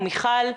או מיכל,